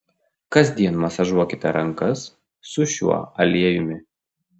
kasdien masažuokite rankas su šiuo aliejumi